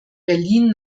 berlin